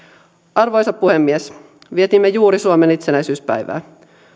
arvoisa puhemies vietimme juuri suomen itsenäisyyspäivää